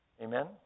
Amen